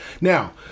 Now